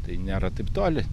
tai nėra taip toli